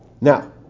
Now